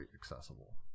accessible